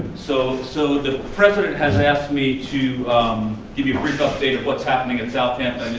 so so the president has asked me to give you a brief update of what's happening at southampton.